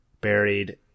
buried